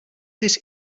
this